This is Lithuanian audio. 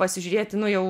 pasižiūrėti nu jau